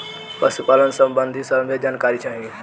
पशुपालन सबंधी सभे जानकारी चाही?